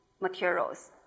materials